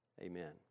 Amen